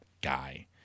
guy